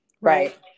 Right